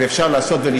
ואפשר לעשות את זה,